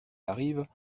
arrive